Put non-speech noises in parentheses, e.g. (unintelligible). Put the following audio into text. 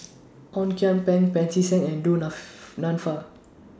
(noise) Ong Kian Peng Pancy Seng and Du (unintelligible) Nanfa